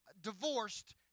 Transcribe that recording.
divorced